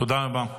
תודה רבה.